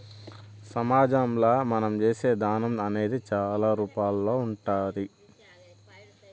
సమాజంలో మనం చేసే దానం అనేది చాలా రూపాల్లో ఉంటాది